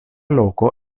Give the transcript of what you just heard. loko